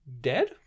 dead